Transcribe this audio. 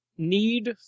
need